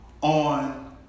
on